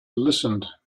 listened